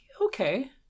okay